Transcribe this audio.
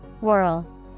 whirl